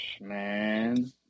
Man